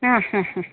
ಹಾಂ ಹಾಂ ಹಾಂ